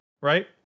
right